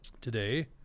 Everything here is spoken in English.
today